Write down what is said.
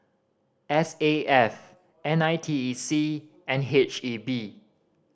S A F N I T E C and H E B